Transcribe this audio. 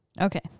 Okay